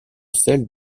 celle